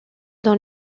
dans